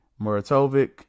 Muratovic